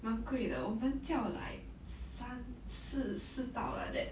蛮贵的我们叫 like 三四四道 like that